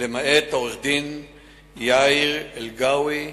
למעט עורך-הדין יאיר אלגאווי,